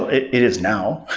it it is now.